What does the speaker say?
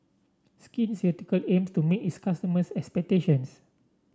Skin Ceuticals aims to meet its customers' expectations